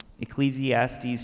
Ecclesiastes